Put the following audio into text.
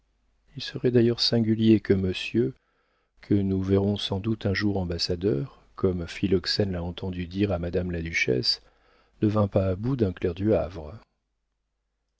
il serait d'ailleurs singulier que monsieur que nous verrons sans doute un jour ambassadeur comme philoxène l'a entendu dire à madame la duchesse ne vînt pas à bout d'un clerc du havre